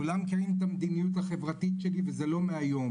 כולם מכירים את המדיניות החברתית שלי וזה לא מהיום,